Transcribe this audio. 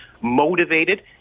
motivated